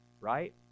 Right